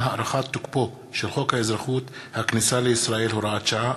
הארכת תוקפו של חוק האזרחות והכניסה לישראל (הוראת שעה),